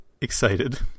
excited